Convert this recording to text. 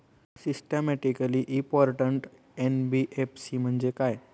Systematically important NBFC म्हणजे काय?